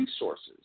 resources